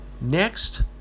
Next